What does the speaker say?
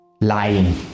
lying